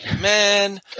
Man